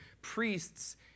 priests